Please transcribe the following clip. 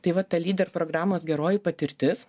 tai va ta lyder programos geroji patirtis